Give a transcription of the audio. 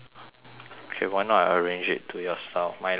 okay why not I arrange it to your style my last one is blue